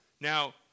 Now